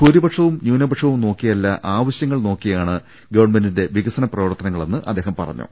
ഭൂരിപക്ഷവും ന്യൂനപക്ഷ വും നോക്കിയല്ല ആവശ്യങ്ങൾ നോക്കിയാണ് ഗവൺമെന്റിന്റെ വികസന പ്രവർത്തനങ്ങളെന്ന് അദ്ദേഹം പറഞ്ഞു